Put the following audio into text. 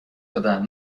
دادن